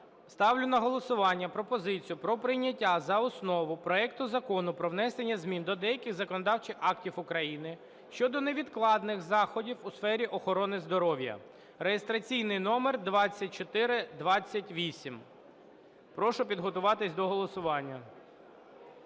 Ставлю на голосування пропозицію про прийняття за основу проекту Закону про внесення змін до деяких законодавчих актів України щодо невідкладних заходів у сфері охорони здоров'я (реєстраційний номер 2428). Прошу підготуватись до голосування.